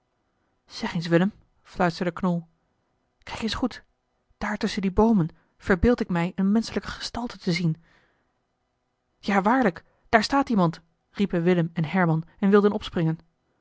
zeg eens willem fluisterde knol kijk eens goed daar tusschen die boomen verbeeld ik mij eene menschelijke gestalte te zien ja waarlijk daar staat iemand riepen willem en herman en wilden opspringen